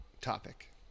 topic